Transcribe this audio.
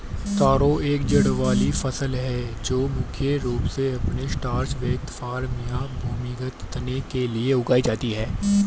तारो एक जड़ वाली फसल है जो मुख्य रूप से अपने स्टार्च युक्त कॉर्म या भूमिगत तने के लिए उगाई जाती है